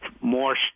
more